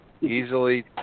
easily